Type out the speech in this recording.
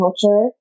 culture